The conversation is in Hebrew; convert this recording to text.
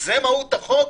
זו מהות החוק?